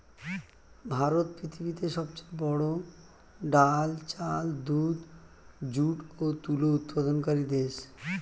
ভারত পৃথিবীতে সবচেয়ে বড়ো ডাল, চাল, দুধ, যুট ও তুলো উৎপাদনকারী দেশ